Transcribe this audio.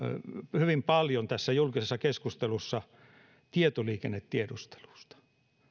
hyvin paljon julkisessa keskustelussa tietoliikennetiedustelusta